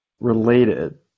related